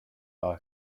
átha